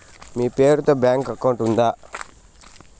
మీ పేరు తో bank account ఉందా?